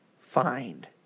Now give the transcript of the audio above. find